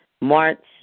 March